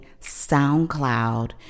SoundCloud